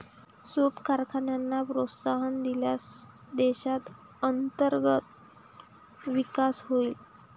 सूत कारखान्यांना प्रोत्साहन दिल्यास देशात अंतर्गत विकास होईल